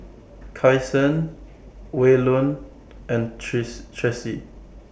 Kasen Waylon and tress Tressie